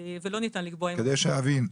כדי שאבין,